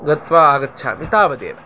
गत्वा आगच्छामि तावदेव